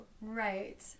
right